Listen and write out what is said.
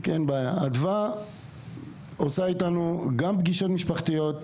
אדווה העובדת הסוציאלית עושה איתנו גם פגישות משפחתיות,